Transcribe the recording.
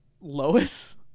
Lois